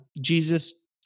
Jesus